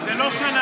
זה לא שנה.